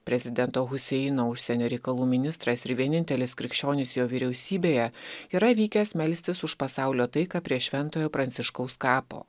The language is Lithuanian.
prezidento huseino užsienio reikalų ministras ir vienintelis krikščionis jo vyriausybėje yra vykęs melstis už pasaulio taiką prie šventojo pranciškaus kapo